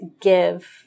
give